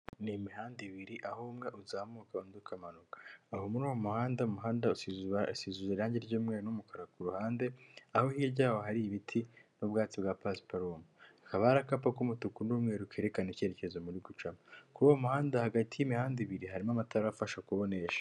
Ni imihanda ibiri aho umwe uzamuka undi ukamanuka aho muri uwo muhanda umuhanda usisize irangi ry'umweru n'umukara ku ruhande aho hirya y'aho hari ibiti n'ubwatsi bwa pasiparume hakaba hari akapa k'umutuku n'umweru kerekana icyerekezo mu guca kuri uwo muhanda hagati y'imihanda ibiri harimo amatara afasha kubonesha.